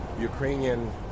Ukrainian